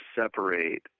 separate